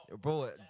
Bro